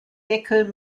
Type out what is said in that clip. deckel